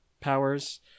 powers